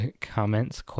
comments